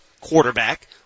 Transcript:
quarterback